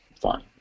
fine